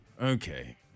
Okay